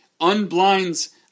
unblinds